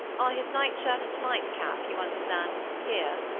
are his night-shirt and night-cap you understand here?